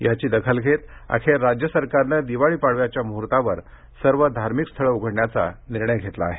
याची दखल घेत अखेर राज्य सरकारनं दिवाळी पाडव्याच्या मुहूर्तावर सर्व धार्मिक स्थळं उघडण्याचा निर्णय घेतला आहे